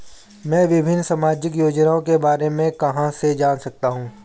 मैं विभिन्न सामाजिक योजनाओं के बारे में कहां से जान सकता हूं?